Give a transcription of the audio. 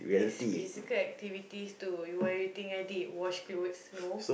is physical activities too what you think I did wash clothes no